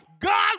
God